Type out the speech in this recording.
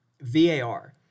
VAR